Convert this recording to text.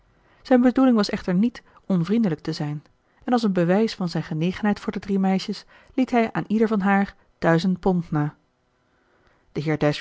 zijn bedoeling was echter niet onvriendelijk te zijn en als een bewijs van zijn genegenheid voor de drie meisjes liet hij aan ieder van haar duizend pond na